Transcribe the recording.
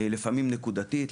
לפעמים נקודתית,